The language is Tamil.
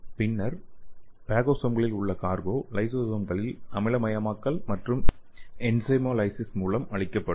பின்னர் பாகோசோம்களில் உள்ள கார்கோ லைசோசோம்களில் அமிலமயமாக்கல் மற்றும் என்சைமோலிசிஸால் மூலம் அழிக்கப்படும்